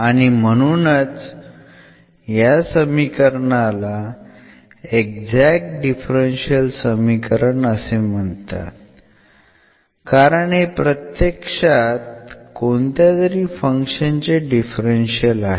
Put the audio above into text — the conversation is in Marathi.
आणि म्हणूनच या समीकरणाला एक्झॅक्ट डिफरन्शियल समीकरण असे म्हणतात कारण हे प्रत्यक्षात कोणत्यातरी फंक्शन चे डिफरन्शियल आहे